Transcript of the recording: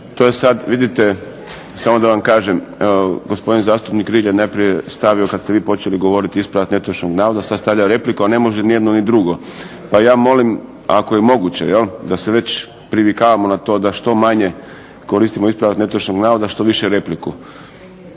To je sada vidite, samo da vam kažem, gospodin zastupnik Rilje najprije je stavio kada ste vi počeli govoriti ispravak netočnog navoda, sada stavlja repliku, a ne može nijedno ni drugo. Pa ja molim ako je moguće da se već privikavamo na to da što manje koristimo ispravak netočnog navoda, što više repliku.